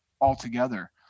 altogether